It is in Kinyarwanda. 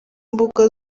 mbuga